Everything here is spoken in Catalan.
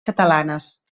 catalanes